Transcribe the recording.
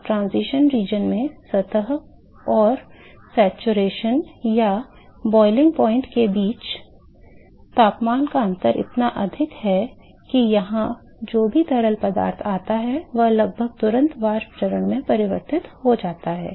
अब transaction region में सतह और संतृप्ति या क्वथनांक तापमान के बीच तापमान का अंतर इतना अधिक है कि यहां जो भी तरल पदार्थ आता है वह अब लगभग तुरंत वाष्प चरण में परिवर्तित होने वाला है